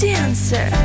Dancer